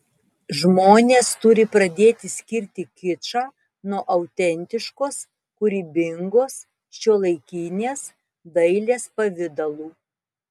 žmonės turi pradėti skirti kičą nuo autentiškos kūrybingos šiuolaikinės dailės pavidalų